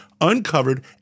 uncovered